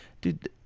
Dude